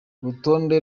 urutonde